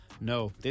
No